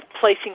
placing